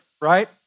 right